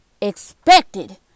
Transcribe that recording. Expected